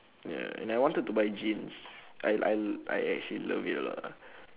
ya and I wanted to buy jeans I I I actually love it a lot ah